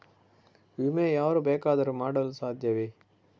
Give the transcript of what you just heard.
ವಿಮೆ ಯಾರು ಬೇಕಾದರೂ ಮಾಡಲು ಸಾಧ್ಯವೇ?